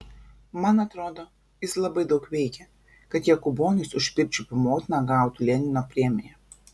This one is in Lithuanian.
man atrodo jis labai daug veikė kad jokūbonis už pirčiupių motiną gautų lenino premiją